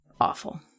awful